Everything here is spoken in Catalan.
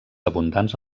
abundants